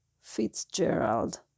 Fitzgerald